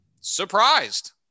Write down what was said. surprised